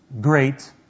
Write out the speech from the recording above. great